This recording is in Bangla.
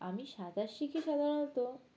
আমি সঁতার শিখে সাধারণত